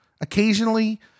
Occasionally